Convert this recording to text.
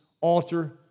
altar